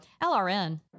LRN